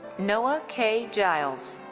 noah k. giles.